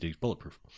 bulletproof